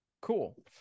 cool